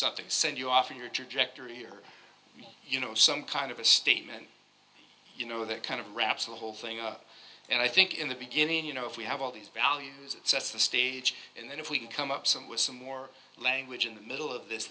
something send you off in your trajectory here you know some kind of a statement you know that kind of wraps the whole thing up and i think in the beginning you know if we have all these values it sets the stage and then if we come up some with some more language in the middle of this